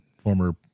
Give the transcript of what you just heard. former